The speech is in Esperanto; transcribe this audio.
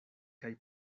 kaj